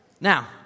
Now